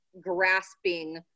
grasping